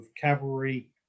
cavalry